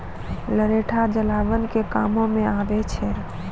लरैठो जलावन के कामो मे आबै छै